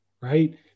right